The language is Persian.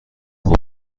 خوب